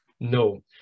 No